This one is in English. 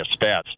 stats